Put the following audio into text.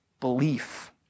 belief